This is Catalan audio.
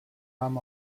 vam